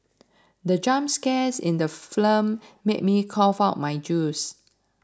the jump scares in the made me cough out my juice